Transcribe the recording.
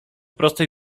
prostej